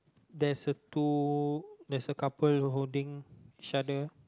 there's a two there's a couple holding each other